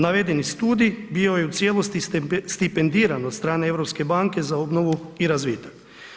Navedeni studij bio je u cijelosti stipendiran od strane Europske banke za obnovu i razvitak.